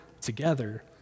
together